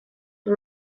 for